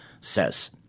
says